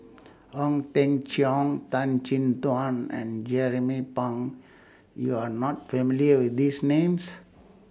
Ong Teng Cheong Tan Chin Tuan and Jernnine Pang YOU Are not familiar with These Names